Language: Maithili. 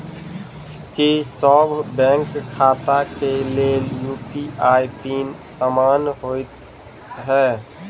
की सभ बैंक खाता केँ लेल यु.पी.आई पिन समान होइ है?